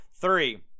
three